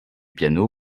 piano